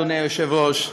אדוני היושב-ראש,